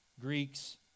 Greeks